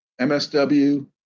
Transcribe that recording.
MSW